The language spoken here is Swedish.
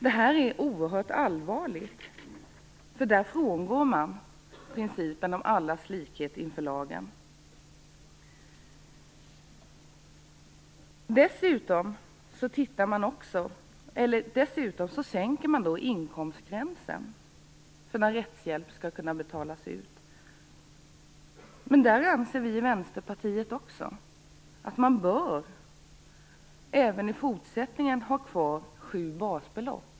Det här är oerhört allvarligt, därför att man frångår principen om allas likhet inför lagen. Dessutom sänker man inkomstgränsen för när rättshjälp skall kunna betalas ut. Vi i Vänsterpartiet anser att man även i fortsättningen bör ha kvar sju basbelopp.